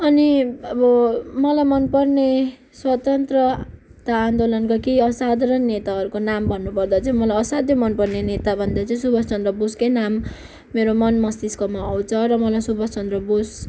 अनि अब मलाई मन पर्ने स्वतन्त्रता आन्दोलनदेखि असाधरण नेताहरूको नाम भन्नु पर्दा चाहिँ मलाई असाध्य मन पर्ने नेता भन्दा चाहिँ सुबास चन्द्र बोसकै नाम मेरो मन मस्तिष्कमा आउँछ र मलाई सुबास चन्द्र बोस